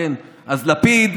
אז לפיד,